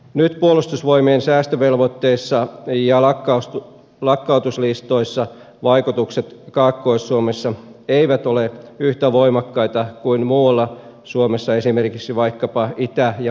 nyt puolustusvoimien säästövelvoitteissa ja lakkautuslistoissa vaikutukset kaakkois suomessa eivät ole yhtä voimakkaita kuin muualla suomessa esimerkiksi itä ja väli suomessa